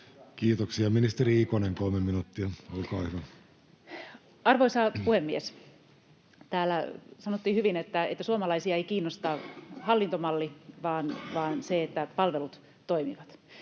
tilanteesta Time: 15:24 Content: Arvoisa puhemies! Täällä sanottiin hyvin, että suomalaisia ei kiinnosta hallintomalli vaan se, että palvelut toimivat.